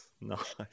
Nice